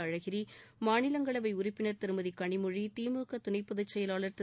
அழகிரி மாநிலங்களவை உறுப்பினர் திருமதி கனிமொழி திமுக துணைப் பொதுச்செயலாளர் திரு